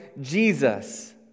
Jesus